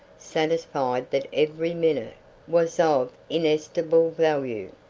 satisfied that every minute was of inestimable value,